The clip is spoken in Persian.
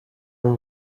اون